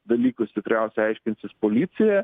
dalykus tikriausiai aiškinsis policija